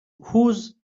whose